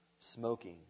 Smoking